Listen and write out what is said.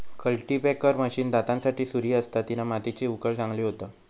cultipacker machine दातांसारी सुरी असता तिना मातीची उकळ चांगली होता